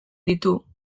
ditu